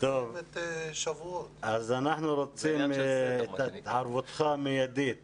אנחנו רוצים את התערבותך המיידית